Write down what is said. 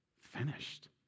finished